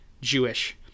jewish